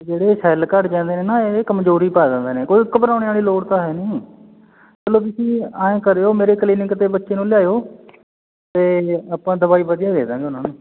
ਜਿਹੜੇ ਸੈਲ ਘੱਟ ਜਾਂਦੇ ਨੇ ਨਾ ਇਹ ਕਮਜ਼ੋਰੀ ਪਾ ਦਿੰਦੇ ਨੇ ਕੋਈ ਘਬਰਾਉਣ ਵਾਲੀ ਲੋੜ ਤਾਂ ਹੈ ਨਹੀਂ ਚਲੋ ਤੁਸੀਂ ਐਂ ਕਰਿਓ ਮੇਰੇ ਕਲੀਨਿਕ 'ਤੇ ਬੱਚੇ ਨੂੰ ਲਿਆਓ ਅਤੇ ਆਪਾਂ ਦਵਾਈ ਵਧੀਆ ਦੇ ਦਾਂਗੇ ਉਹਨਾਂ ਨੂੰ